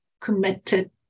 committed